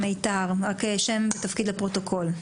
בבקשה, רק שם ותפקיד לפרוטוקול.